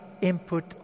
input